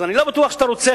אז אני לא בטוח שאתה רוצה,